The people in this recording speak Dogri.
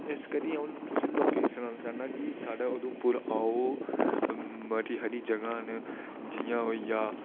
इस करियै तुसें लोकें सुनाना चा्न्नां कि साढ़ै उधमपुर आओ मती हारी जगह् न जि'यां होई गेआ